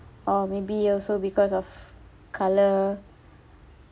or maybe also because of colour